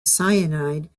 cyanide